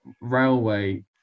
railway